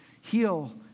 heal